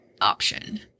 option